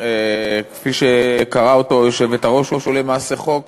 כפי שקראה אותו היושבת-ראש, הוא למעשה חוק